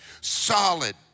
Solid